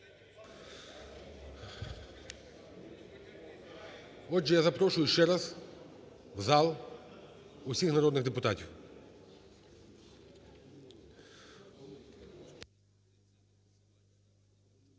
Отже, я запрошую ще раз в зал усіх народних депутатів.